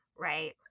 Right